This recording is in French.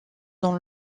dans